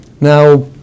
Now